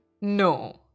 No